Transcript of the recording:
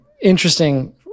interesting